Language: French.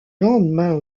lendemain